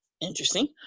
Interesting